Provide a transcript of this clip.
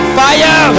fire